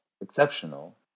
exceptional